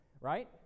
Right